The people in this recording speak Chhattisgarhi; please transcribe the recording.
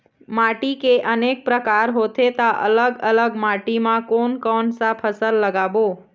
माटी के अनेक प्रकार होथे ता अलग अलग माटी मा कोन कौन सा फसल लगाबो?